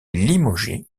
limogé